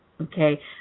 Okay